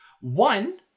one